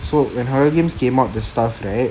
so when higher games came out the stuff right